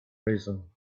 reason